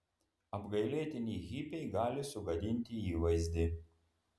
apgailėtini hipiai gali sugadinti įvaizdį